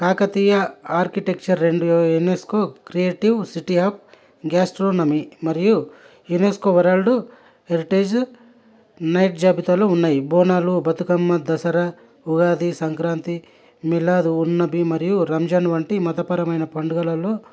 Kakatiya architecture రెండు UNESCO creative city of gastronomy మరియు UNESCO world heritage site జాబితాలో ఉన్నాయి బోనాలు బతుకమ్మ దసరా ఉగాది సంక్రాంతి మిలాద్ ఉన్ నబి మరియు రంజాన్ వంటి మతపరమైన పండుగలలో